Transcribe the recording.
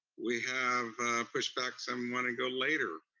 we have pushback, some wanna go later.